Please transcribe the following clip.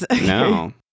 No